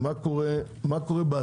מה קורה בעתיד,